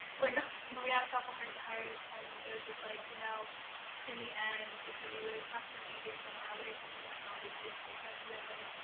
like ah but we had a couple heart-to-hearts. and it was just like you know in the end it's going to be really tough for me being so far away from you after all these years we spent together.